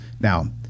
Now